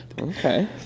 Okay